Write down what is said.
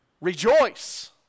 Rejoice